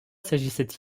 s’agissait